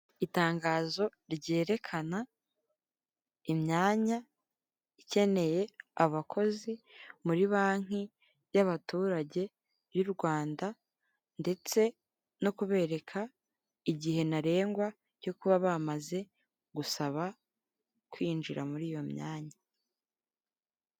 Itangazo ryerekana imyanya ikeneye abakozi muri banki y'abaturage y'u Rwanda ndetse no kubereka igihe ntarengwa cyo kuba bamaze gusaba kwinjira muri iyo myanya.